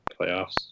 playoffs